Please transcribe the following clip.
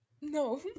No